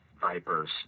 Vipers